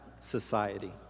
society